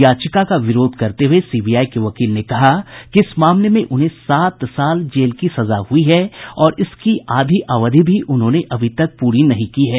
याचिका का विरोध करते हुए सीबीआई के वकील ने कहा कि इस मामले में उन्हें सात साल जेल की सजा हुई है और इसकी आधी अवधि भी उन्होंने पूरी नहीं की है